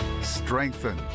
strengthen